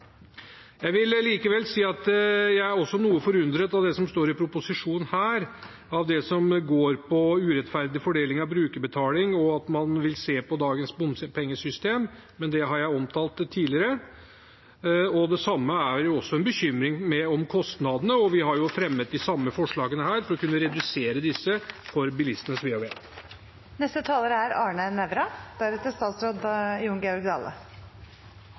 Jeg vil likevel si at jeg er noe forundret over det som står i proposisjonen her om urettferdig fordeling av brukerbetaling og at man vil se på dagens bompengesystem, men det har jeg omtalt tidligere. Det samme gjelder en bekymring over kostnadene. Senterpartiet fremmer herved et forslag for å kunne redusere disse, for bilistenes ve og vel. Representanten Bengt Fasteraune har tatt opp det forslaget han refererte til. Jeg får be om unnskyldning for at jeg løfter fram debatten litt igjen. SV er